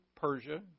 Persia